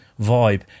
vibe